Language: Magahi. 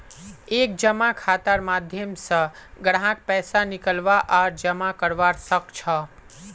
एक जमा खातार माध्यम स ग्राहक पैसा निकलवा आर जमा करवा सख छ